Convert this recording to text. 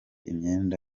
imyenda